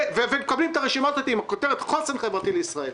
והם מקבלים את הרשימה הזאת עם הכותרת "חוסן חברתי לישראל".